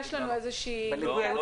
יש לנו איזו שהיא --- בליווי היועץ